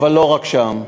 אבל לא רק שם.